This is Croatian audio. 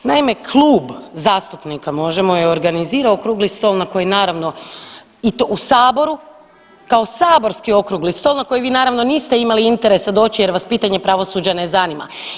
Naime, Klub zastupnika Možemo je organizirao okrugli stol na koji naravno i to u saboru kao saborski okrugli stol na koji vi naravno niste imali interesa doći jer vas pitanje pravosuđa ne zanima.